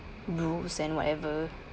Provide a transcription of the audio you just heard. rules and whatever